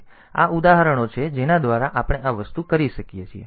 તેથી આ ઉદાહરણો છે જેના દ્વારા આપણે આ વસ્તુ કરી શકીએ છીએ